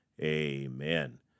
amen